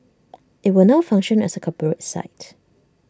IT will now function as A corporate site